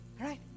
Right